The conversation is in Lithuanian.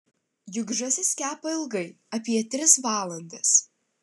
juk žąsis kepa ilgai apie tris valandas